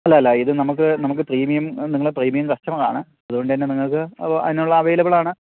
അല്ല അല്ല ഇത് നമുക്ക് നമുക്ക് പ്രീമിയം നിങ്ങള് പ്രീമിയം കസ്റ്റമറാണ് അതുകൊണ്ടുതന്നെ നിങ്ങള്ക്ക് അതിനുള്ള അവൈലബിൾ ആണ്